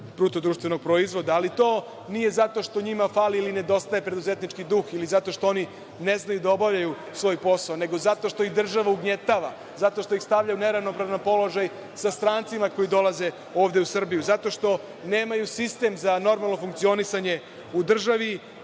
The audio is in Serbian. procenata BDP, ali to nije zato što njima fali ili nedostaje preduzetnički duh, ili zato što oni ne znaju da obavljaju svoj posao, nego zato što ih država ugnjetava, zato što ih stavlja u neravnopravan položaj sa strancima koji dolaze ovde u Srbiju, zato što nemaju sistem za normalno funkcionisanje u državi